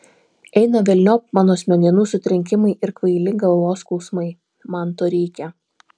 eina velniop mano smegenų sutrenkimai ir kvaili galvos skausmai man to reikia